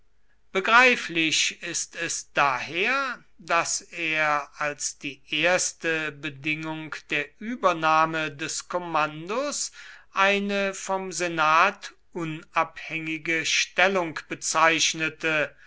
begreiflich ist es daher daß er als die erste bedingung der übernahme des kommandos eine vom senat unabhängige stellung bezeichnete